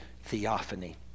theophany